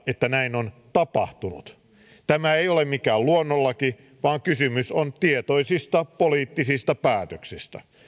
että näin on tapahtunut tämä ei ole mikään luonnonlaki vaan kysymys on tietoisista poliittisista päätöksistä